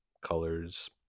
colors